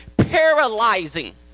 Paralyzing